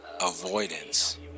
avoidance